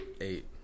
Eight